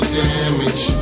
damage